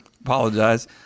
apologize